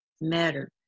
matter